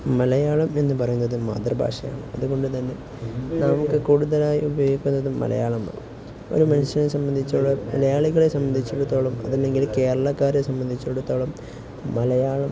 മലയാളം എന്നുപറയുന്നത് മാതൃഭാഷയാണ് അതുകൊണ്ട് തന്നെ നമുക്ക് കൂടുതലായി ഉപയോഗിക്കുന്നതും മലയാളമാണ് ഒരു മനുഷ്യനെ സംബന്ധിച്ചിടത്തോളം മലയാളികളെ സംബന്ധിച്ചിടത്തോളം അതില്ലെങ്കിൽ കേരളക്കാരെ സംബന്ധിച്ചിടത്തോളം മലയാളം